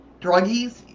druggies